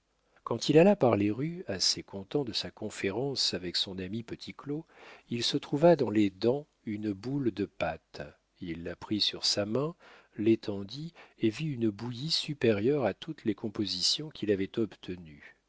quand il alla par les rues assez content de sa conférence avec son ami petit claud il se trouva dans les dents une boule de pâte il la prit sur sa main l'étendit et vit une bouillie supérieure à toutes les compositions qu'il avait obtenues